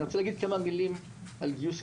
אני רוצה להגיד כמה מילים על גיוס.